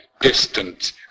distant